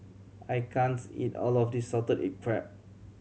I can't eat all of this salted egg crab